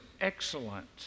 excellent